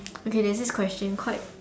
okay there's this question quite